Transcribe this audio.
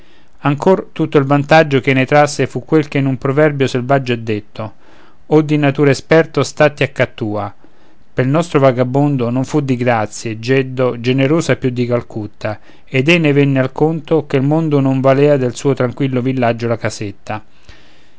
ancor tutto il vantaggio ch'ei ne trasse fu quel che in un proverbio selvaggio è detto o di natura esperto statti a ca tua pel nostro vagabondo non fu di grazie jeddo generosa più di calcutta ed ei ne venne al conto che il mondo non valea del suo tranquillo villaggio la casetta